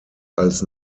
als